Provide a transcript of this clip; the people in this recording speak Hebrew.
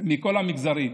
מכל המגזרים,